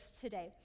today